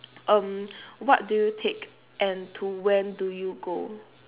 um what do you take and to when do you go